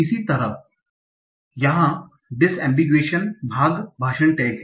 इसी प्रकार यहाँ डिसएम्बिगुएशन भाग भाषण टैग है